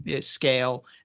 scale